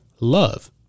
love